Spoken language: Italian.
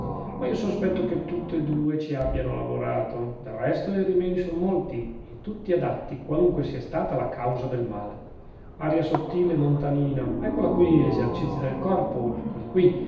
ma io sospetto che tutt'e due ci abbiano lavorato del resto i rimedi son molti e tutti adatti qualunque sia stata la causa del male aria sottile e montanina eccola qui esercizi del corpo eccoli qui